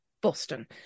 Boston